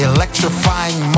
Electrifying